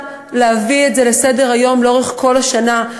להביא את זה לסדר-היום לאורך כל השנה.